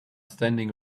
standing